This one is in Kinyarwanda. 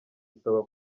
isaba